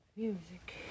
Music